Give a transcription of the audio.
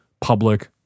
public